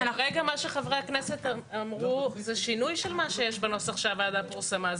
מה שאמרו כרגע חברי הכנסת זה שינוי של מה שיש בנוסח שהוועדה פרסמה.